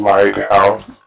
Lighthouse